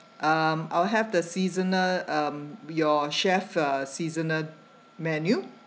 um I'll have the seasonal um your chef uh seasonal menu